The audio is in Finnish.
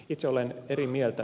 itse olen eri mieltä